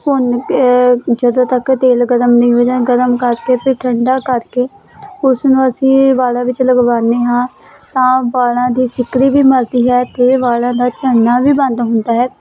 ਭੁੰਨ ਕੇ ਜਦੋਂ ਤੱਕ ਤੇਲ ਗਰਮ ਨਹੀਂ ਹੋ ਜਾਂਦਾ ਗਰਮ ਕਰਕੇ ਫਿਰ ਠੰਡਾ ਕਰਕੇ ਉਸਨੂੰ ਅਸੀਂ ਵਾਲਾਂ ਦੇ ਵਿੱਚ ਲਗਵਾਉਂਦੇ ਹਾਂ ਤਾਂ ਵਾਲਾਂ ਦੀ ਸਿਕਰੀ ਵੀ ਮਰਦੀ ਹੈ ਅਤੇ ਵਾਲਾਂ ਦਾ ਝੜਨਾ ਵੀ ਬੰਦ ਹੁੰਦਾ ਹੈ